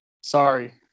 Sorry